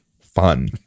fun